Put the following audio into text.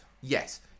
Yes